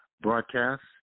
broadcast